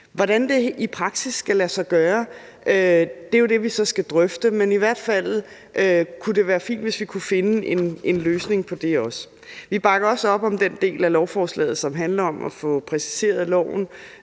Hvordan det i praksis skal lade sig gøre, er jo det, vi så skal drøfte, men i hvert fald kunne det være fint, hvis vi kunne finde en løsning på det også. Vi bakker også op om den del af lovforslaget, som handler om at få præciseret loven